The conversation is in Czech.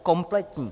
Kompletní.